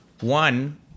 One